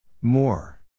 More